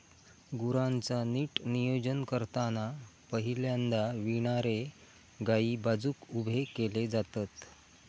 गुरांचा नीट नियोजन करताना पहिल्यांदा विणारे गायी बाजुक उभे केले जातत